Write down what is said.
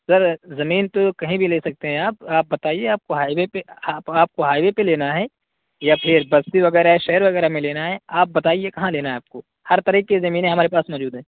سر زمین تو کہیں بھی لے سکتے ہیں آپ آپ بتائیے آپ کو ہائی وے پہ آپ کو ہائی وے پہ لینا ہے یا پھر بستی وغیرہ شہر وغیرہ میں لینا ہے آپ بتائیے کہاں لینا ہے آپ کو ہر طرح کی زمینیں ہمارے پاس موجود ہیں